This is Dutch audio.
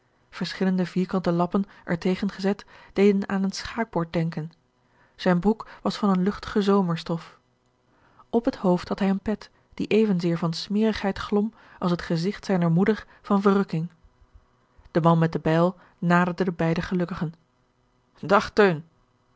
vierkante lappen er tegen gezet deden aan een schaakbord denken zijne broek was van eene luchtige zomerstof op het hoofd had hij een pet die evenzeer van smerigheid glom als het gezigt zijner moeder van verrukking george een ongeluksvogel de man met de bijl naderde de beide gelukkigen